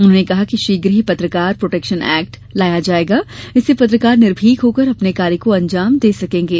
उन्होंने कहा कि शीघ्र ही पत्रकार प्रोटेक्शन एक्ट लाया जाएगा इससे पत्रकार निर्भीक होकर अपने कार्य को अंजाम दे सकेंगे